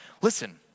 Listen